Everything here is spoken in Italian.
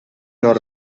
non